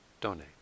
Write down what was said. donate